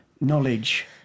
knowledge